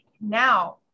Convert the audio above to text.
Now